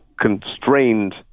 constrained